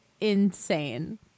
insane